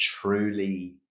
truly